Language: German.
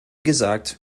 gesagt